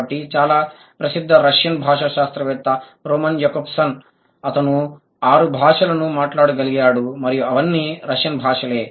కాబట్టి చాలా ప్రసిద్ధ రష్యన్ భాషా శాస్త్రవేత్త రోమన్ జాకబ్సన్ అతను ఆరు భాషలను మాట్లాడగలిగాడు మరియు అవన్నీ రష్యన్ భాషలే